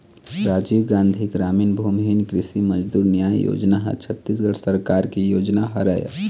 राजीव गांधी गरामीन भूमिहीन कृषि मजदूर न्याय योजना ह छत्तीसगढ़ सरकार के योजना हरय